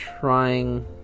trying